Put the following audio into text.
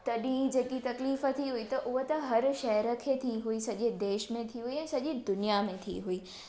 तॾहिं ही जेकि तकलीफ़ थी हुई त हुअ त हर शहर खे थी हुई सॼे देश में थी हुई या सॼी दुनियां में थी हुई